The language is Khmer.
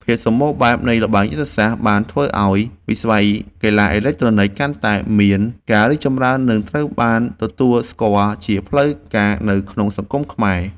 ភាពសម្បូរបែបនៃល្បែងយុទ្ធសាស្ត្របានធ្វើឱ្យវិស័យកីឡាអេឡិចត្រូនិកកាន់តែមានការរីកចម្រើននិងត្រូវបានទទួលស្គាល់ជាផ្លូវការនៅក្នុងសង្គមខ្មែរ។